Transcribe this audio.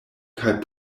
kaj